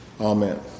Amen